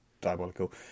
diabolical